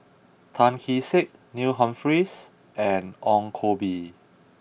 Tan Kee Sek Neil Humphreys and Ong Koh Bee